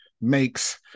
makes